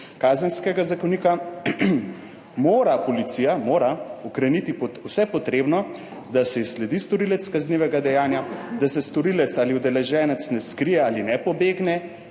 Kazenskega zakonika, »mora policija mora ukreniti vse potrebno, da se izsledi storilec kaznivega dejanja, da se storilec ali udeleženec ne skrije ali ne pobegne